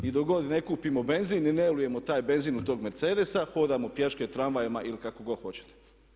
I dok ne kupimo benzin i ne ulijemo taj benzin u tog mercedesa, hodamo pješke tramvajima ili kako god hoćete.